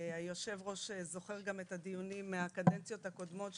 היושב-ראש זוכר גם את הדיונים מהקדנציות הקודמות,